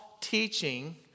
teaching